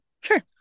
sure